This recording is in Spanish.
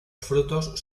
frutos